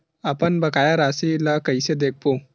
अपन बकाया राशि ला कइसे देखबो?